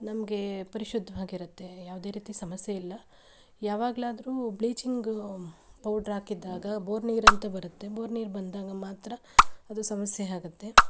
ನಮಗೆ ಪರಿಶುದ್ಧವಾಗಿರುತ್ತೆ ಯಾವುದೇ ರೀತಿ ಸಮಸ್ಯೆ ಇಲ್ಲ ಯಾವಾಗಲಾದ್ರೂ ಬ್ಲೀಚಿಂಗ್ ಪೌಡ್ರ್ ಹಾಕಿದ್ದಾಗ ಬೋರ್ ನೀರು ಅಂತ ಬರುತ್ತೆ ಬೋರ್ ನೀರು ಬಂದಾಗ ಮಾತ್ರ ಅದು ಸಮಸ್ಯೆ ಆಗುತ್ತೆ